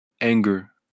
anger